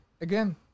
again